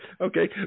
Okay